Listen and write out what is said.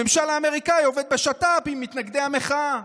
הממשל האמריקאי עובד בשת"פ עם מתנגדי המחאה,